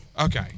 Okay